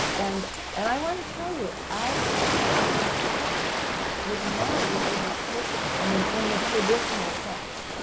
and and i want to tell you, i i um was not a religious person, i mean in the traditional sense.